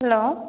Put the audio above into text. hello